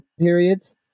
periods